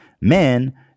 Men